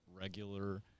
regular